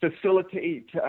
facilitate